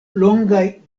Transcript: longaj